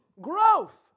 growth